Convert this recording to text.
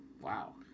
Wow